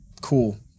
cool